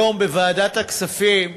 היום בוועדת הכספים,